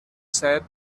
said